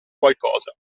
qualcosa